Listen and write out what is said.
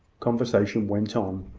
conversation went on.